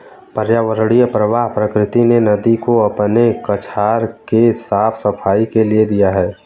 पर्यावरणीय प्रवाह प्रकृति ने नदी को अपने कछार के साफ़ सफाई के लिए दिया है